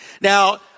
Now